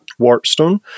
Warpstone